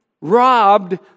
robbed